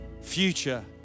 future